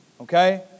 Okay